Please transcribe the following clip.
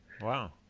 Wow